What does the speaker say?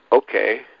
okay